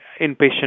inpatient